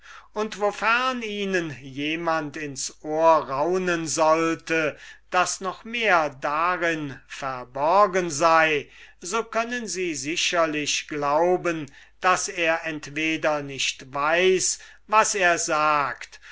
und wofern ihnen jemand ins ohr raunen wollte als ob noch mehr darin verborgen sei so können sie sicherlich glauben daß er entweder nicht weiß was er sagt